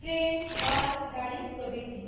train bus গাড়ি প্রভৃতি